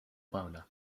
boner